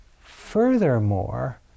Furthermore